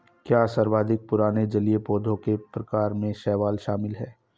क्या सर्वाधिक पुराने जलीय पौधों के प्रकार में शैवाल शामिल है?